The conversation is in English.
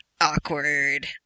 Awkward